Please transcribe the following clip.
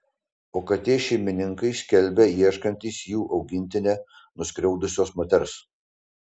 o katės šeimininkai skelbia ieškantys jų augintinę nuskriaudusios moters